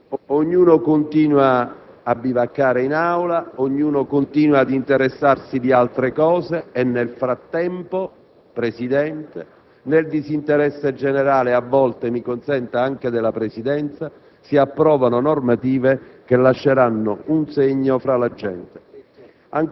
Ognuno continua a bivaccare in Aula e a interessarsi di altre cose; nel frattempo, signor Presidente, nel disinteresse generale - e a volte, mi consenta di dirlo, anche della Presidenza - si approvano normative che lasceranno un segno tra la gente.